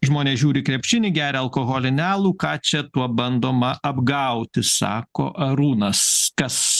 žmonės žiūri krepšinį geria alkoholinį alų ką čia tuo bandoma apgauti sako arūnas kas